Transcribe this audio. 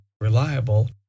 reliable